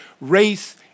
race